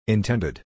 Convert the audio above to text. Intended